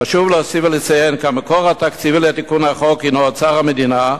חשוב להוסיף ולציין כי המקור התקציבי לתיקון החוק הינו אוצר המדינה,